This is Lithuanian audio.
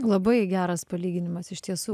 labai geras palyginimas iš tiesų